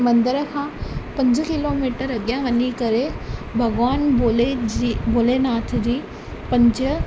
मंदर खां पंज किलोमीटर अॻियां वञी करे भॻवान भोले जी भोलेनाथ जी पंज